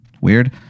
weird